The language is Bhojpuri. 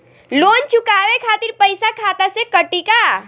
लोन चुकावे खातिर पईसा खाता से कटी का?